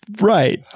Right